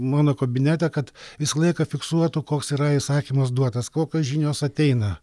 mano kobinete kad visą laiką fiksuotų koks yra įsakymas duotas kokios žinios ateina